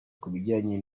kubijyanye